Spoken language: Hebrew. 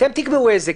אתם תקבעו איזה,